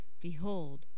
Behold